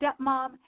stepmom